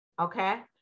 Okay